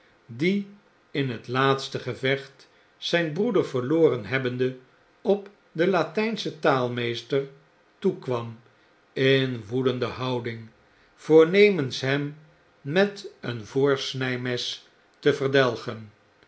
die in het laatste gevecht zyn broeder verloren hebbende op den latynschen taalmeester toekwam in woedende houding voornemens hem met een voorsnymes te verdelgen